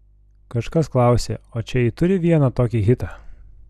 kažkas klausė o čia ji turi vieną tokį hitą